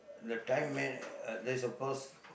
that time man uh there's a course